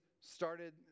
started